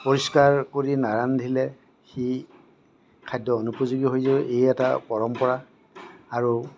পৰিষ্কাৰ কৰি নাৰান্ধিলে সি খাদ্য অনুপযোগী হৈ যায় ই এটা পৰম্পৰা আৰু